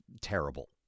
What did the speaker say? terrible